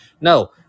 No